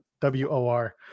w-o-r